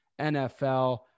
NFL